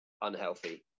unhealthy